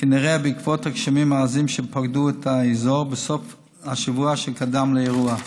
כנראה בעקבות הגשמים העזים שפקדו את האזור בסוף השבוע שקדם לאירוע.